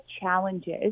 challenges